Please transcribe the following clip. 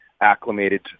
acclimated